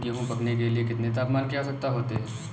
गेहूँ पकने के लिए कितने तापमान की आवश्यकता होती है?